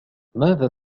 ماذا